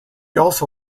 also